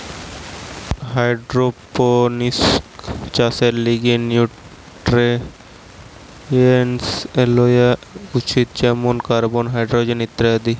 hydroponics চাষের লিগে nutrients লেওয়া উচিত যেমন কার্বন, হাইড্রোজেন ইত্যাদি